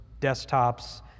desktops